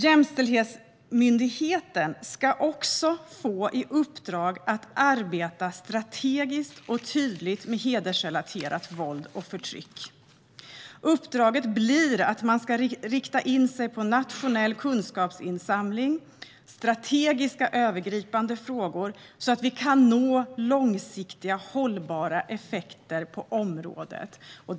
Jämställdhetsmyndigheten ska också få i uppdrag att arbeta strategiskt och tydligt mot hedersrelaterat våld och förtryck. Uppdraget är att man ska inrikta sig på nationell kunskapsinsamling samt strategiska och övergripande frågor så att vi kan ni långsiktigt hållbara effekter på området.